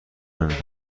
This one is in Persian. نمی